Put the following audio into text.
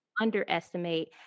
underestimate